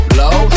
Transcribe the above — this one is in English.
low